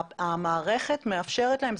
המערכת מאפשרת להם.